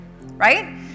right